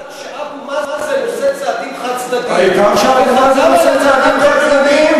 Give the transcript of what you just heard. העיקר שאבו מאזן עושה צעדים חד-צדדיים,